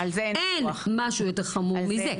אין משהו יותר חמור מזה.